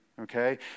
okay